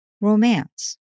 Romance